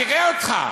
נראה אותך.